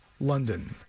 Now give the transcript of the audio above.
london